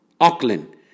Auckland